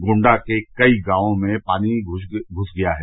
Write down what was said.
गोण्डा के कई गांवों में पानी घुस गया है